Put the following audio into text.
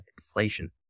inflation